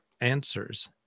answers